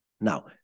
Now